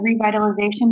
revitalization